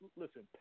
listen